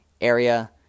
area